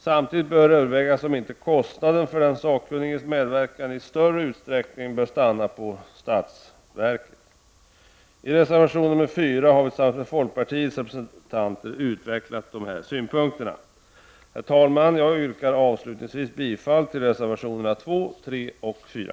Samtidigt bör det övervägas om inte kostnaden för den sakkunniges medverkan i större utsträckning borde stanna på statsverket. I reservation 4 har vi tillsammans med folkpartiets representanter utvecklat dessa synpunkter. Herr talman! Jag yrkar avslutningsvis bifall till reservation 2, 3 och 4.